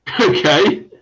Okay